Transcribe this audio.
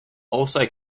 also